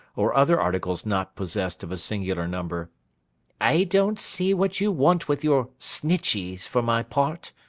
or other articles not possessed of a singular number i don't see what you want with your snitcheys, for my part.